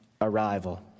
arrival